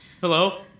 Hello